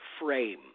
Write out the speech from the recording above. frame